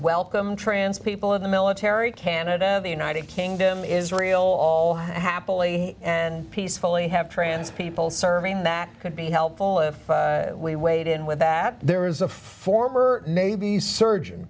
welcome trans people in the military canada and the united kingdom israel all happily and peacefully have trans people serving that could be helpful if we weighed in with that there is a former navy surgeon